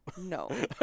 No